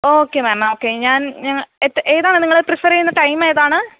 okay ma'am okay ഞാൻ ഞാൻ എത്ര ഏതാണ് നിങ്ങൾ പ്രീഫെർ ചെയ്യുന്നത് ടൈം ഏതാണ്